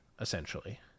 essentially